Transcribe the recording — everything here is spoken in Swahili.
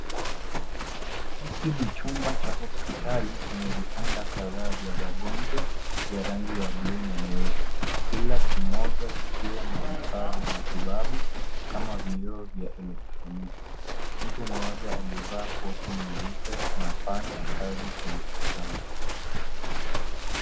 Hiki ni chumba cha hospitali chenye vitanda kadhaa vya rwagonjwa vya rangi ya blue na nyeupe. Kila kimoja kikiwa na vifaa vya matibabu kama vioo vya elektroniki. Mtu mmoja aliyevaa koti nyeupe anafanya kazi kwenye kitanda.